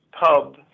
pub